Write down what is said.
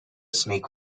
snake